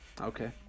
Okay